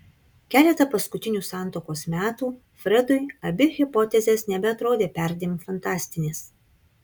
keletą paskutinių santuokos metų fredui abi hipotezės nebeatrodė perdėm fantastinės